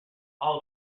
all